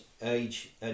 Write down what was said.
age